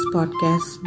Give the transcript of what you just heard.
Podcast